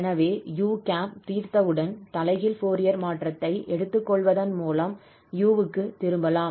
எனவே 𝑢̂ தீர்த்தவுடன் தலைகீழ் ஃபோரியர் மாற்றத்தை எடுத்துக்கொள்வதன் மூலம் 𝑢 க்குத் திரும்பலாம்